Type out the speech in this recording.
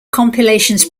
compilations